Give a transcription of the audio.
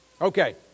Okay